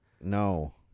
No